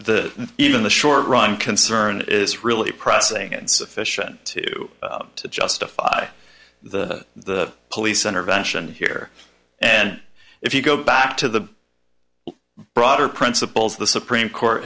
the even the short run concern is really pressing and sufficient to justify the the police intervention here and if you go back to the broader principles the supreme court